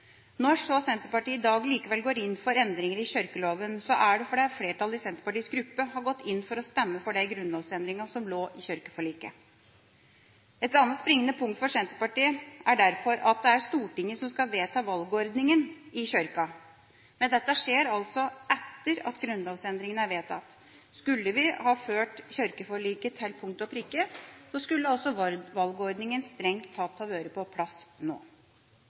Når så Senterpartiet i dag likevel går inn for endringer i kirkeloven, er det fordi flertallet i Senterpartiets gruppe har gått inn for å stemme for de grunnlovsendringene som lå i kirkeforliket. Et annet springende punkt for Senterpartiet er derfor at det er Stortinget som skal vedta valgordningen i Kirken, men dette skjer altså etter at grunnlovsendringene er vedtatt. Skulle vi ha fulgt kirkeforliket til punkt og prikke, skulle valgordningen strengt tatt vært på plass nå.